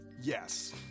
Yes